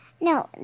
no